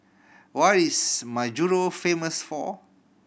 what is Majuro famous for